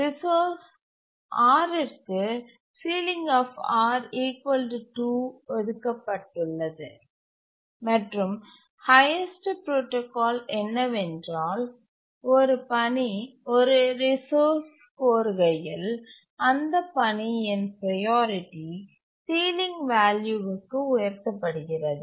resource Rற்கு ceiling2 ஒதுக்கப்பட்டுள்ளது மற்றும் ஹைஎஸ்ட் புரோடாகால் என்னவென்றால் ஒரு பணி ஒரு ரிசோர்ஸ் கோருகையில் அந்த பணியின் ப்ரையாரிட்டி சீலிங் வேல்யூவிற்கு உயர்த்தப்படுகிறது